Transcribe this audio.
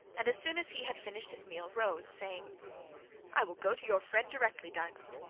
and as soon as he had finished his meal, rose, saying i will go to your friend directly, diamond.